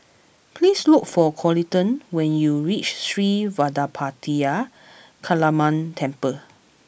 please look for Coleton when you reach Sri Vadapathira Kaliamman Temple